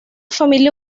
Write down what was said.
familia